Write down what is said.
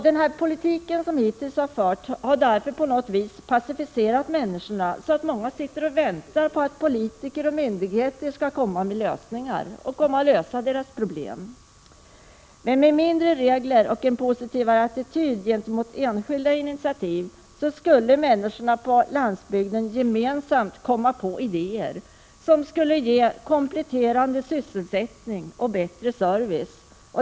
Den politik som hittills har förts har därför på något sätt passiviserat människorna, så att många sitter och väntar på att politiker och myndigheter skall komma och lösa deras problem. Med färre regler och en positivare attityd gentemot enskilda initiativ skulle människor på landsbygden gemensamt komma på idéer som skulle ge kompletterande sysselsättning och bättre service.